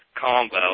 combo